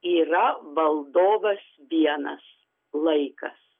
yra valdovas vienas laikas